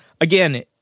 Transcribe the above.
again